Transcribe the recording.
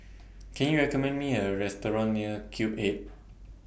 Can YOU recommend Me A Restaurant near Cube eight